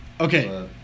okay